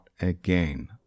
again